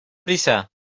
prisa